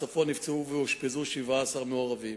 ובסופו נפצעו ואושפזו 17 מעורבים.